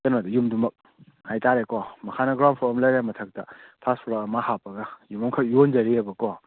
ꯀꯩꯅꯣꯗꯣ ꯌꯨꯝꯗꯨꯃꯛ ꯍꯥꯏꯇꯥꯔꯦꯀꯣ ꯃꯈꯥꯗ ꯒ꯭ꯔꯥꯎꯟ ꯐ꯭ꯂꯣꯔ ꯑꯃ ꯂꯩꯔꯦ ꯃꯊꯛꯇ ꯐꯥꯔꯁ ꯐ꯭ꯂꯣꯔ ꯑꯃ ꯍꯥꯞꯄꯒ ꯌꯨꯝ ꯑꯃꯈꯛ ꯌꯣꯟꯖꯔꯤꯕꯑꯀꯣ